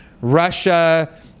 Russia